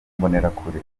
mbonerakure